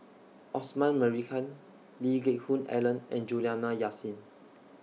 Osman Merican Lee Geck Hoon Ellen and Juliana Yasin